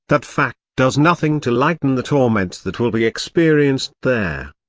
that fact does nothing to lighten the torment that will be experienced there.